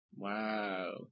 Wow